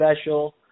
Special